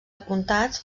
apuntats